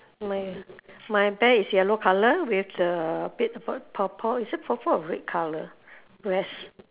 my my bear is yellow colour with the bit of a purple is it purple or red colour where's